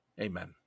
Amen